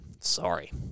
Sorry